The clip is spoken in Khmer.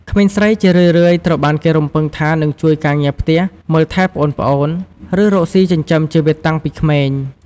ក្មេងស្រីជារឿយៗត្រូវបានគេរំពឹងថានឹងជួយការងារផ្ទះ មើលថែប្អូនៗ ឬរកស៊ីចិញ្ចឹមជីវិតតាំងពីក្មេង។